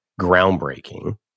groundbreaking